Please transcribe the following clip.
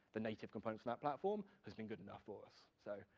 the native components on that platform, has been good enough for us. so,